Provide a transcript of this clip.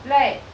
like